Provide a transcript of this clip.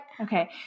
Okay